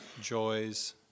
joys